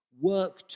work